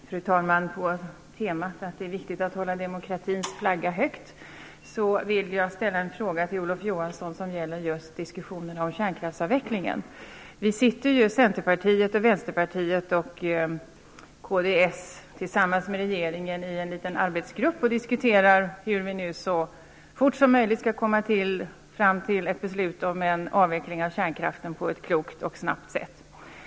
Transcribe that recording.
Fru talman! På temat att det är viktigt att hålla demokratins flagga högt vill jag till Olof Johansson ställa en fråga som gäller just diskussionen om kärnkraftsavvecklingen. Centerpartiet, Vänsterpartiet och kd sitter ju tillsammans med regeringens företrädare i en liten arbetsgrupp och diskuterar hur vi så fort som möjligt skall komma fram till ett beslut om en avveckling av kärnkraften på ett klokt och snabbt sätt.